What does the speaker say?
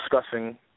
discussing